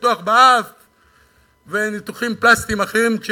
ניתוח באף וניתוחים פלסטיים אחרים.